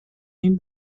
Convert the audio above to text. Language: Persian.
این